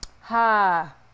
Ha